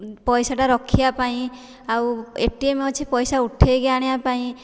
ପଇସାଟା ରଖିବା ପାଇଁ ଆଉ ଏ ଟି ଏମ୍ ଅଛି ପଇସା ଉଠାଇକି ଆଣିବା ପାଇଁ